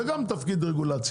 זה גם התפקיד של הרגולציה.